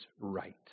right